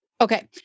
Okay